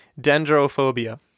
Dendrophobia